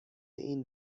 این